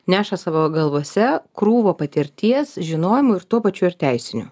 neša savo galvose krūvą patirties žinojimų ir tuo pačiu ir teisinių